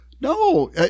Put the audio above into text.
No